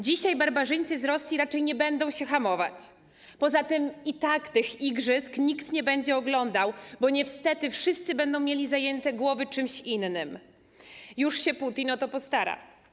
Dzisiaj barbarzyńcy z Rosji raczej nie będą się hamować, poza tym i tak tych igrzysk nikt nie będzie oglądał, bo niestety wszyscy będą mieli zajęte głowy czymś innym, już Putin się o to postara.